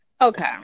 okay